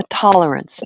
tolerance